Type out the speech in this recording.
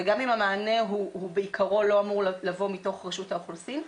גם אם המענה הוא בעיקרו לא אמור לבוא מתוך רשות האוכלוסין,